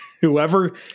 Whoever